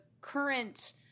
current